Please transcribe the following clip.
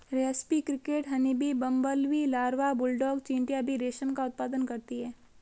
रेस्पी cricket, honeybee, bumblebee larva, bulldog चींटियां भी रेशम का उत्पादन करती हैं